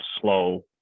slow